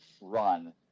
run